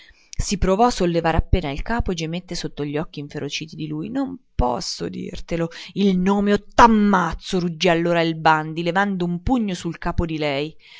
si provò a sollevare appena il capo e gemette sotto gli occhi inferociti di lui non posso dirtelo il nome o t'ammazzo ruggì allora il bandi levando un pugno sul capo di lei